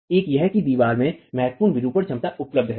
एक यह है कि दीवार में महत्वपूर्ण विरूपण क्षमता उपलब्ध है